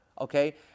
Okay